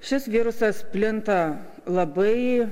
šis virusas plinta labai